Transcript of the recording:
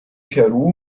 peru